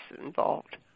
involved